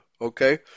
Okay